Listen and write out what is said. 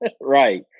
Right